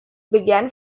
began